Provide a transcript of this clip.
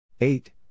eight